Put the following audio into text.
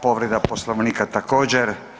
Povreda Poslovnika također.